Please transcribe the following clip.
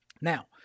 Now